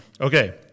Okay